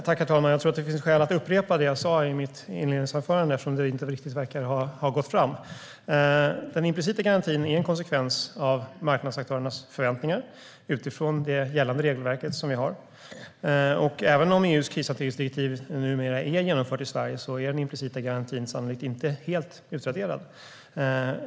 Herr talman! Jag tror att det finns skäl att upprepa det jag sa i mitt inledningsanförande. Det verkar inte riktigt ha gått fram. Den implicita garantin är en konsekvens av marknadsaktörernas förväntningar utifrån det gällande regelverk vi har. Även om EU:s krishanteringsdirektiv numera är genomfört i Sverige är den implicita garantin sannolikt inte helt utraderad.